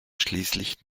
schließlich